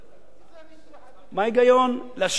מה ההיגיון להשאיר את המצב בעינו?